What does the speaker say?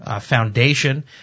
Foundation